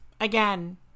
again